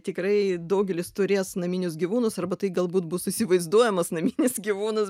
tikrai daugelis turės naminius gyvūnus arba tai galbūt bus įsivaizduojamas naminis gyvūnas